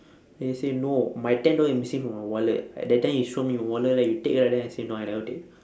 then he say no my ten dollar is missing from my wallet at that time you show me the wallet right you take right then I say no I never take